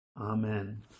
Amen